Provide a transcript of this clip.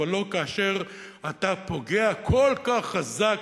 אבל לא כאשר אתה פוגע כל כך חזק,